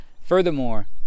Furthermore